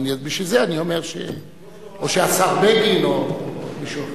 או שהשר בגין או מישהו אחר.